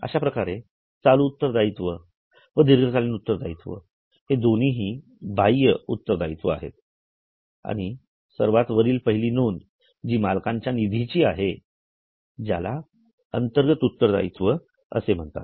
अश्याप्रकारे चालू उत्तरदायित्व व दीर्घकालीन उत्तरदायित्व हे दोन्ही बाहय उत्तरदायित्व आहेत आणि सर्वात वरील पहिली नोंद जी मालकांच्या निधीची आहे ज्याला अंतर्गत उत्तरदायित्व असे म्हणतात